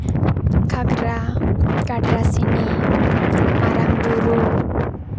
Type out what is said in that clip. ᱜᱷᱟᱜᱽᱨᱟ ᱜᱟᱰᱨᱟᱥᱤᱱᱤ ᱢᱟᱨᱟᱝᱼᱵᱩᱨᱩ